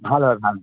ভাল হয় ভাল